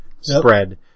spread